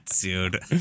dude